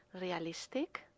realistic